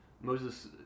moses